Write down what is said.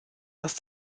das